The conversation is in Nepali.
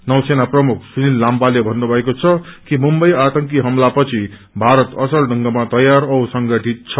नौसेना प्रमुख सुनील लाम्बाले भन्नुभाएको छ कि मुम्बई आतंकी हमलापछि भारत असल इंगमा तोर औ संगठित छ